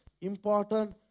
important